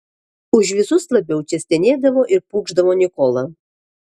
už visus labiau čia stenėdavo ir pūkšdavo nikola